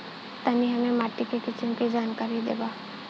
तनि हमें माटी के किसीम के जानकारी देबा?